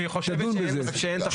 שהיא חושבת שאין תחרות.